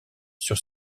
sur